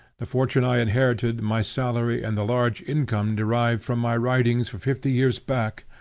the fortune i inherited, my salary and the large income derived from my writings for fifty years back,